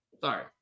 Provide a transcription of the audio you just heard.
Sorry